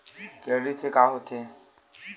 Credit से का होथे?